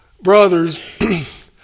brothers